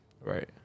Right